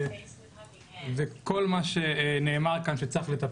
הכל נכון וצריך לטפל בכל מה שנאמר כאן.